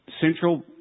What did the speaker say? central